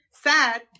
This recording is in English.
Sad